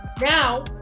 Now